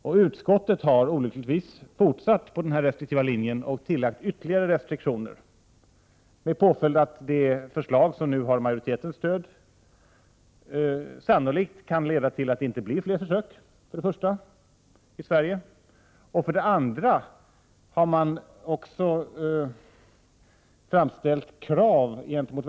Och utskottet har olyckligtvis fortsatt på denna restriktiva linje och tillagt ytterligare restriktioner med påföljd att det förslag som nu har utskottsmajoritetens stöd sannolikt kan leda till att det för det första inte blir fler försök i Sverige. För det andra har det framförts krav på Prot.